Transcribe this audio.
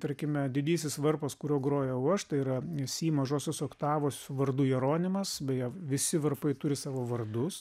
tarkime didysis varpas kuriuo grojau aš tai yra si mažosios oktavos vardu jeronimas beje visi varpai turi savo vardus